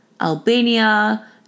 Albania